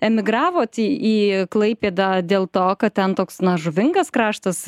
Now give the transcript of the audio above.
emigravo į klaipėdą dėl to kad ten toks na žuvingas kraštas